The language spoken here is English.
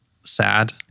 sad